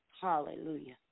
Hallelujah